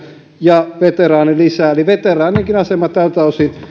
ja veteraanilisä eli veteraanienkin asema tältä osin